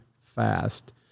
fast